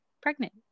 pregnant